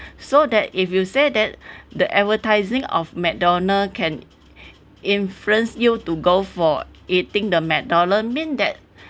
so that if you say that the advertising of mcdonald can influence you to go for eating the mcdonald mean that